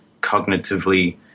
cognitively